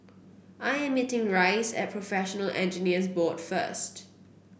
I am meeting Rice at Professional Engineers Board first